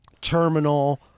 Terminal